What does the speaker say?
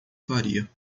faria